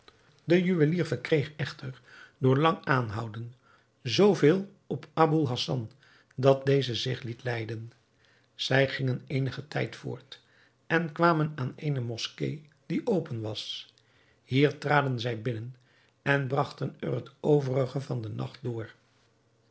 de juwelier verkreeg echter door lang aanhouden zoo veel op aboul hassan dat deze zich liet leiden zij gingen eenigen tijd voort en kwamen aan eene moskee die open was hier traden zij binnen en bragten er het overige van den nacht door